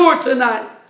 tonight